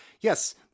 yes